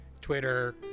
Twitter